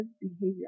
behavior